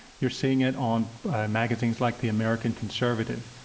you're seeing it on magazines like the american conservative,